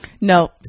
No